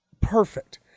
perfect